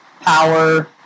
power